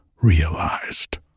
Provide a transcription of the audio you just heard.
realized